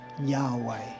Yahweh